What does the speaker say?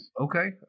Okay